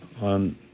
on